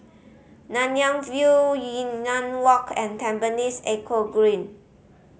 Nanyang View Yunnan Walk and Tampines Eco Green